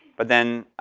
but then,